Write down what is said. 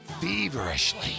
feverishly